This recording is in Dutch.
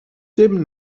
tim